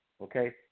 Okay